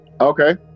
Okay